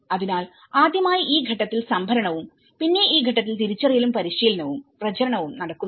അതിനാൽ ആദ്യമായി ഈ ഘട്ടത്തിൽ സംഭരണവും പിന്നെ ഈ ഘട്ടത്തിൽ തിരിച്ചറിയലും പരിശീലനവും പ്രചരണവും നടക്കുന്നു